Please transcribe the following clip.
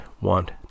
want